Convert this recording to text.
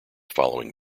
following